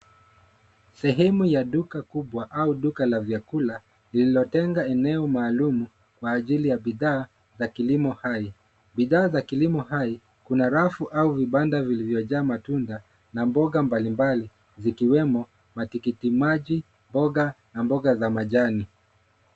Sehemu ya duka kubwa au duka la vyakula, lililotenga eneo maalum, kwa ajili ya bidhaa za kilimo hai. Bidhaa za kilimo hai, kuna rafu au vibanda vilivyojaa matunda, na mboga mbalimbali, zikiwemo matikiti maji, mboga na mboga za majani.